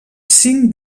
cinc